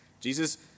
Jesus